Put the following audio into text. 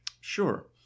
Sure